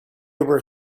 were